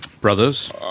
Brothers